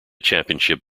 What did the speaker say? championship